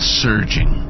surging